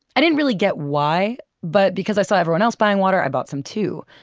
i didn't really get why but because i saw everyone else buying water, i bought some too.